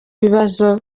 ibibazo